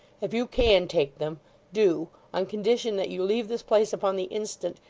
if you can take them do on condition that you leave this place upon the instant,